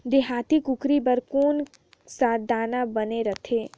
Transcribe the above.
देहाती कुकरी बर कौन सा दाना बने रथे?